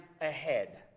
ahead